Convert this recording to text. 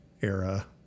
era